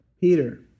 Peter